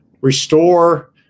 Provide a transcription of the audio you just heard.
restore